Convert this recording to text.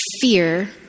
fear